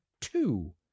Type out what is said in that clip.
two